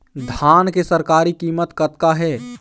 धान के सरकारी कीमत कतका हे?